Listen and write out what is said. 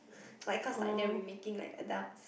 like cause like they'll be making like adult